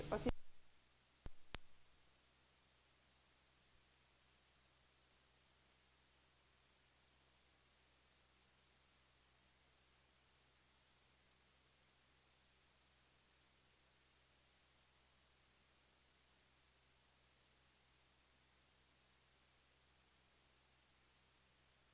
Vad tycker ministern om det synsättet?